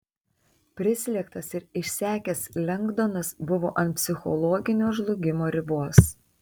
prislėgtas ir išsekęs lengdonas buvo ant psichologinio žlugimo ribos